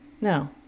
No